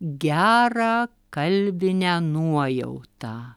gerą kalbinę nuojautą